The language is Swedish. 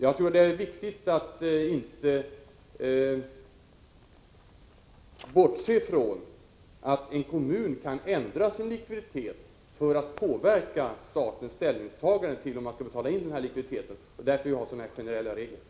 Jag tror att det är riktigt att inte bortse från att en kommun kan ändra sin likviditet för att påverka statens ställningstagande till om man skall betala in likviditeten. Det är därför vi har generella regler.